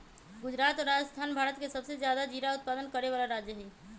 गुजरात और राजस्थान भारत के सबसे ज्यादा जीरा उत्पादन करे वाला राज्य हई